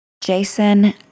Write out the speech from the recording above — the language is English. jason